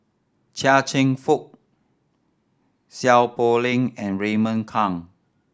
Chia Cheong Fook Seow Poh Leng and Raymond Kang